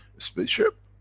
spaceship.